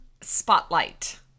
spotlight